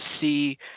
see